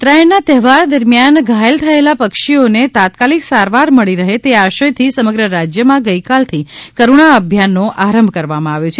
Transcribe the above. ઉત્તરાયણના તહેવાર દરમ્યાન ઘાયલ થયેલા પક્ષીઓને તાત્કાલીક સારવાર મળી રહે તે આશયથી સમગ્ર રાજ્યમાં ગઇકાલથી કરૂણા અભિયાનનો આરંભ કરવામાં આવ્યો છે